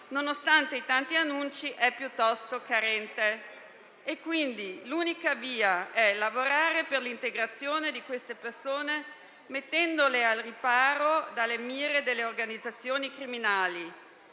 nonostante i tanti annunci, è piuttosto carente. L'unica via, quindi, è lavorare per l'integrazione di quelle persone, mettendole al riparo dalle mire delle organizzazioni criminali.